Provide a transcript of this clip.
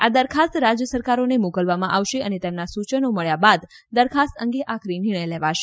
આ દરખાસ્ત રાજ્ય સરકારોને મોકલવામાં આવશે અને તેમના સૂચનો મળ્યા બાદ દરખાસ્ત અંગે આખરી નિર્ણય લેવાશે